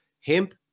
hemp